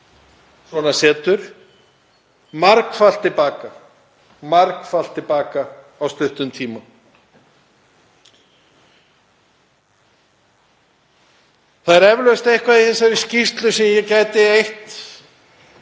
svona setur og fá það margfalt til baka á stuttum tíma. Það er eflaust eitthvað í þessari skýrslu sem ég gæti eytt